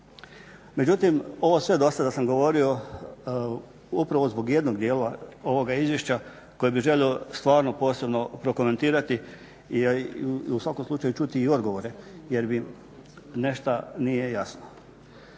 Međutim, ovo sve do sada sam govorio upravo zbog jednog dijela ovoga izvješća koje bih želio stvarno posebno prokomentirati i u svakom slučaju čuti i odgovore jer mi nešto nije jasno.